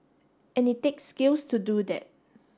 and it takes skill to do that